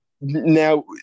Now